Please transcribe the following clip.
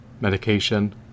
medication